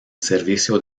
servicio